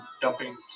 dumping